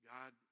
God